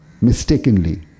mistakenly